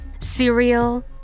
Cereal